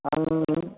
आं